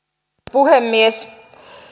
puhemies